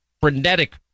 frenetic